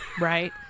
Right